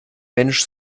mensch